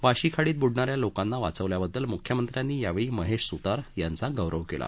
वाशी खाडीत बुडणाऱ्या लोकांना वाचवल्याबद्दल मुख्यमंत्र्यांनी यावेळी महेश सुतार यांचा गौरव केला